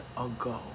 ago